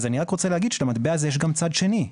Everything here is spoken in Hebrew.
אני רק רוצה להגיד שלמטבע הזה יש גם צד שני.